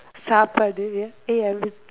saappadu ya eh